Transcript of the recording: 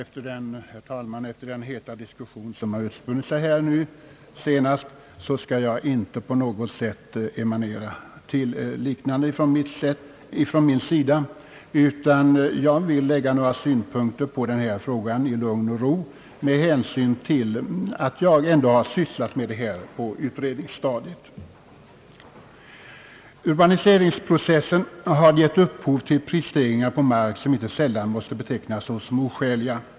Herr talman! Efter den heta diskussion som har utspunnit sig skall jag inte på något sätt hemfalla till något liknande, Jag vill i stället lägga några synpunkter på denna fråga i lugn och ro med hänsyn till att jag ändå har sysslat med den under utredningsstadiet. Urbaniseringsprocessen har gett upphov till prisstegringar på mark som inte sällan måste betecknas som oskäliga.